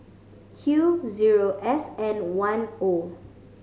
Q zero S N one O